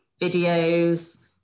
videos